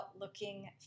looking